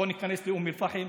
בוא ניכנס לאום אל-פחם,